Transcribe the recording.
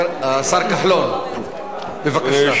השר כחלון, בבקשה.